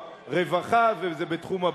זה בתחום הרווחה,